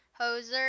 hoser